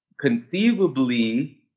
conceivably